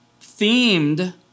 themed